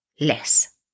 less